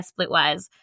Splitwise